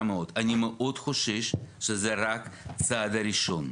מאוד: אני מאוד חושש שזה רק הצעד הראשון.